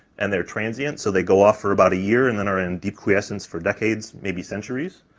and they're transient, so they go off for about a year and then are in deep quiescence for decades, maybe centuries.